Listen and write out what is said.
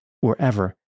wherever